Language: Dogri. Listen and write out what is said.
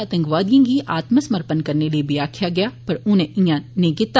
आतंकवादिएं गी आत्मसमर्पण करने लेई आक्खेआ गेआ पर उनें इयां नेईं कीता